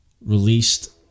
released